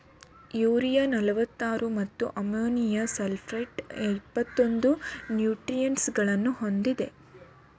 urea ನಲ್ವತ್ತಾರು ಮತ್ತು ammonium sulphate ಇಪ್ಪತ್ತೊಂದು ನ್ಯೂಟ್ರಿಯೆಂಟ್ಸಗಳನ್ನು ಹೊಂದಿದೆ